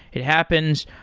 it happens.